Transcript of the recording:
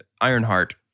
Ironheart